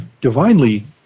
divinely